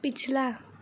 पिछला